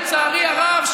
לצערי הרב,